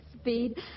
Speed